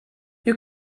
you